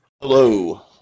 hello